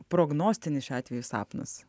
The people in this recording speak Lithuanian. prognostinis šiuo atveju sapnas